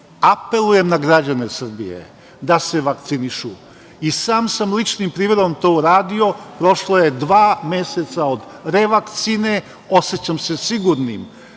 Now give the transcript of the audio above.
Apelujem na građane Srbije da se vakcinišu. Sam sam ličnim primerom to uradio, prošlo je dva meseca od revakcine, osećam se sigurnim.